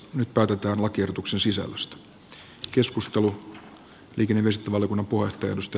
nyt päätetään lakiehdotuksen sisällöstä